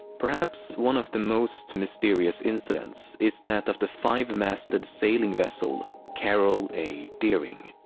perhaps one of the most mysterious incidents is that of the five-masted sailing vessel carroll a. deering.